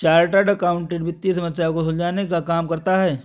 chartered accountant वित्तीय समस्या को सुलझाने का काम करता है